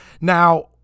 Now